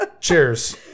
cheers